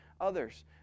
others